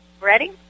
ready